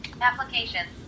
Applications